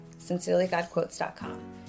SincerelyGodQuotes.com